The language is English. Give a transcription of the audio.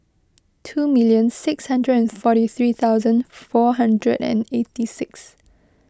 two million six hundred and forty three thousand four hundred and eighty six